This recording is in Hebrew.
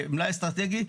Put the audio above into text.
מלאי אסטרטגי,